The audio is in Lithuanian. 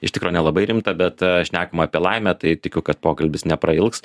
iš tikro nelabai rimtą bet šnekam apie laimę tai tikiu kad pokalbis neprailgs